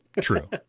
true